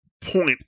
point